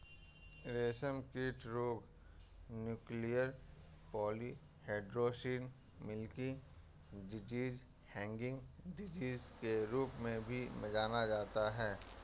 रेशमकीट रोग nuclear polyhedrosis, milky disease, hanging disease के रूप में भी जाना जाता है